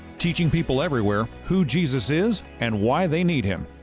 teaching people everywhere who jesus is and why they need him.